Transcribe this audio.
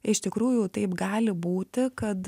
iš tikrųjų taip gali būti kad